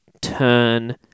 turn